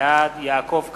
בעד יעקב כץ,